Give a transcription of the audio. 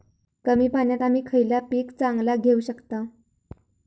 कमी पाण्यात आम्ही खयला पीक चांगला घेव शकताव?